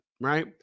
Right